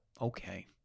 okay